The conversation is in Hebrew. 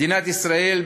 מדינת ישראל,